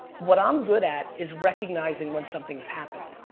what i'm good at is recognizing when something has happened.